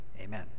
Amen